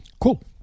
Cool